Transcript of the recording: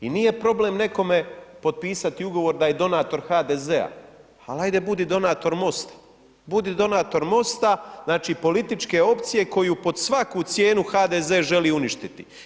I nije problem nekome potpisati ugovor da je donator HDZ-a, ali ajde budi donator MOST-a, budi donator MOST-a, znači političke opcije koju pod svaku cijenu HDZ želi uništiti.